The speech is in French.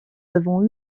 avons